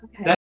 Okay